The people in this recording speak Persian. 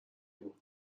برد